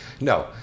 No